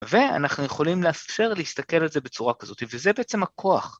ואנחנו יכולים לאפשר להסתכל על זה בצורה כזאת, וזה בעצם הכוח.